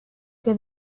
que